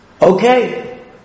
Okay